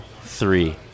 three